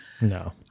No